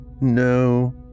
No